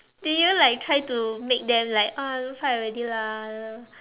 do you like try to make them like oh don't fight already lah